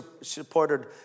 supported